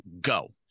Go